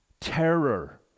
terror